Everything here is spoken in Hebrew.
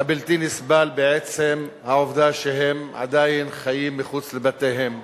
הבלתי נסבל בעצם העובדה שהם עדיין חיים מחוץ לבתיהם.